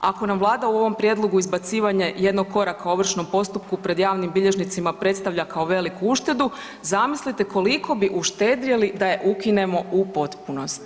Ako nam vlada u ovom prijedlogu izbacivanja jednog koraka u ovršnom postupku pred javnim bilježnicima predstavlja kao veliku uštedu zamislite koliko bi uštedjeli da je ukinemo u potpunosti.